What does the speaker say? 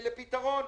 לפתרון.